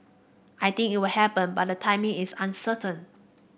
I think it will happen but the timing is uncertain